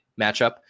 matchup